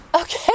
Okay